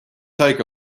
take